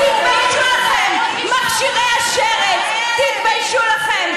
תתביישו לכם, מכשירי השרץ, תתביישו לכם.